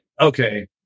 okay